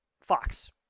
fox